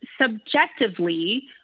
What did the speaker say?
subjectively